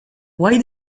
why